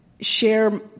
share